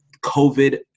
COVID